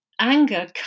Anger